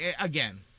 again